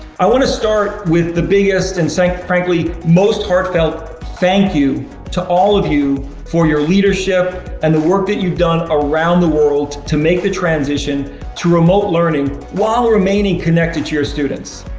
i wanna start with the biggest, and frankly, most heartfelt thank you to all of you for your leadership and the work that you've done around the world to make the transition to remote learning, while remaining connected to your students.